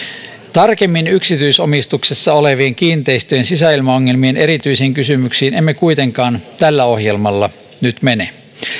tarkemmin yksityisomistuksessa olevien kiinteistöjen sisäilmaongelmien erityisiin kysymyksiin emme kuitenkaan tällä ohjelmalla nyt mene